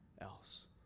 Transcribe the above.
else